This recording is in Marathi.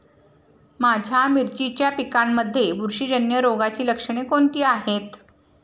माझ्या मिरचीच्या पिकांमध्ये बुरशीजन्य रोगाची लक्षणे कोणती आहेत?